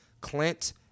Clint